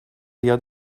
یاد